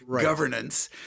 governance